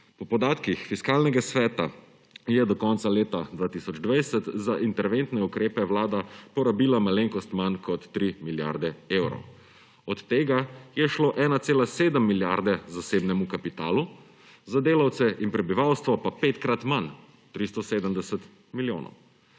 Po podatkih Fiskalnega sveta je do konca leta 2020 za interventne ukrepe Vlada porabila malenkost manj kot 3 milijarde evrov. Od tega je šlo 1,7 milijarde zasebnemu kapitalu, za delavce in prebivalstvo pa petkrat manj, 370 milijonov.